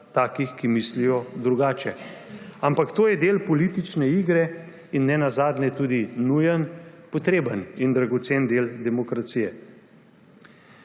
takih, ki mislijo drugače, ampak to je del politične igre in nenazadnje tudi nujen, potreben in dragocen del demokracije.